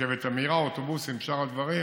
ברכבת המהירה, אוטובוסים ושאר הדברים.